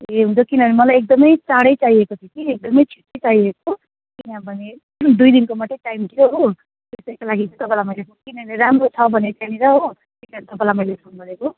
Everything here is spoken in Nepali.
ए हुन्छ किनभने मलाई एकदमै चाँडै चाहिएको थियो कि एकदमै छिटै चाहिएको किनभने दुई दिनको मात्रै टाइम थियो हो त्यसैको लागि चाहिँ तपाईँलाई मैले फोन किनकि राम्रो छ भन्यो त्यहाँनिर हो त्यहीकारण तपाईँलाई मैले फोन गरेको